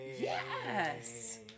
yes